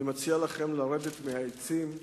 אני מציע לכם לרדת מהעצים,